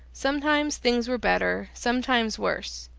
sometimes things were better, sometimes worse.